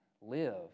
live